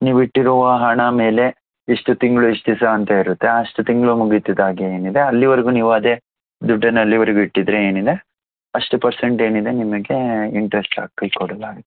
ನೀವಿಟ್ಟಿರುವ ಹಣ ಮೇಲೆ ಇಷ್ಟು ತಿಂಗಳು ಇಷ್ಟು ದಿವಸ ಅಂತ ಇರುತ್ತೆ ಅಷ್ಟು ತಿಂಗಳು ಮುಗೀತಿದ್ದಾಗೆ ಏನಿದೆ ಅಲ್ಲಿವರೆಗೂ ನೀವು ಅದೇ ದುಡ್ಡನ್ನು ಅಲ್ಲಿಯವರೆಗೂ ಇಟ್ಟಿದ್ದಿರಿ ಏನಿದೆ ಅಷ್ಟು ಪರ್ಸೆಂಟ್ ಏನಿದೆ ನಿಮಗೆ ಇಂಟ್ರೆಸ್ಟ್ ಹಾಕಿ ಕೊಡಲಾಗತ್ತೆ